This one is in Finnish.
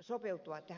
sopeutua suomalaiseen yhteiskuntaan